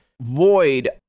void